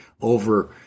over